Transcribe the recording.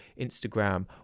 instagram